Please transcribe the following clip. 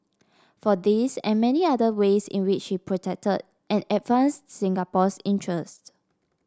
for this and many other ways in which he protected and advanced Singapore's interest